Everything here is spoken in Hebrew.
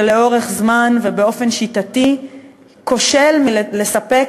שלאורך זמן ובאופן שיטתי כושל מלספק